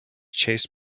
chased